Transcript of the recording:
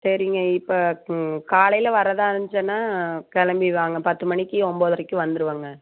சரிங்க இப்போ காலையில் வர்றதாக இருந்துச்சுன்னா கிளம்பி வாங்க பத்து மணிக்கு ஒம்போதரைக்கு வந்துடுவங்க